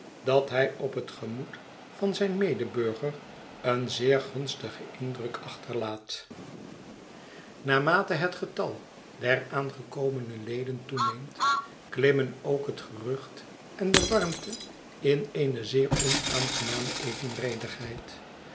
dat hij op het gemoed van zijn medeburger een zeer gunstigen indruk achterlaat naarmate het getal der aangekomene leden toeneemt klimmen ook het gerucht en de warmte in eene zeer